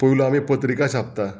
पयलो आमी पत्रिका छापता